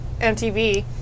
MTV